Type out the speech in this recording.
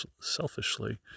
selfishly